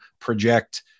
project